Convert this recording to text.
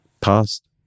past